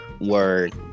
word